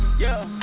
yeah,